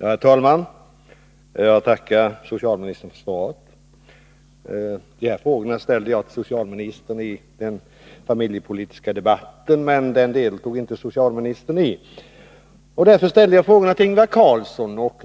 Herr talman! Jag tackar socialministern för svaret. De här frågorna ställde jag till socialministern i den familjepolitiska debatten, men den deltog inte socialministern i. Därför ställde jag frågorna till Ingvar Carlsson, och